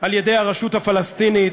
על-ידי הרשות הפלסטינית.